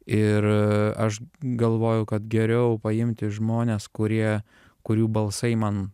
ir aš galvoju kad geriau paimti žmones kurie kurių balsai man